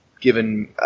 given